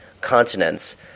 continents